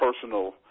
personal